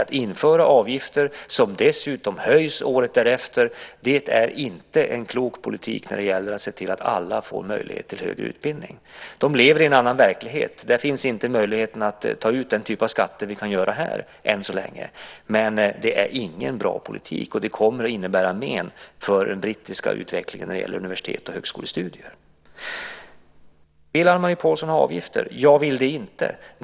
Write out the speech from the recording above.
Att införa avgifter, som dessutom höjs året därefter, är inte en klok politik när det gäller att se till att alla får möjlighet till högre utbildning. De lever i en annan verklighet. Där finns inte möjligheten att ta ut den typ av skatter som vi kan ta ut här - än så länge. Det är ingen bra politik, och detta kommer att innebära men för den brittiska utvecklingen när det gäller universitets och högskolestudier. Vill Anne-Marie Pålsson ha avgifter? Jag vill inte det.